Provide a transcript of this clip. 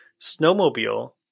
snowmobile